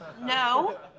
No